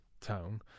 town